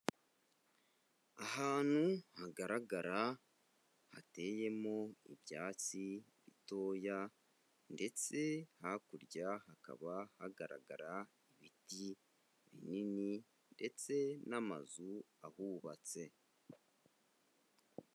Ahantu hagaragara hateyemo ibyatsi bitoya ndetse hakurya hakaba hagaragara ibiti binini ndetse n'amazu ahubatse.